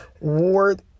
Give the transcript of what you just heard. Ward